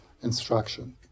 instruction